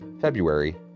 February